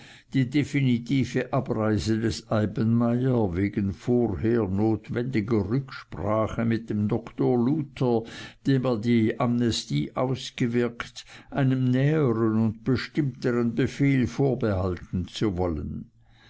die definitive abreise des eibenmayer wegen vorher notwendiger rücksprache mit dem doktor luther der dem kohlhaas die amnestie ausgewirkt einem näheren und bestimmteren befehl vorbehalten zu wollen